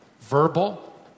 verbal